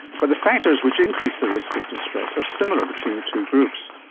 but the factors which increase the risk of distress are similar between the two groups.